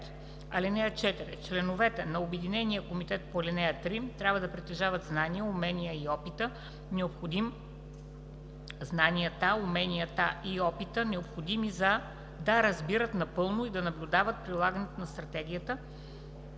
4 и 5: „(4) Членовете на обединения комитет по ал. 3 трябва да притежават знанията, уменията и опита, необходими да разбират напълно и да наблюдават прилагането на стратегията